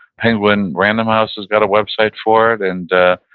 penguin random house has got a website for it, and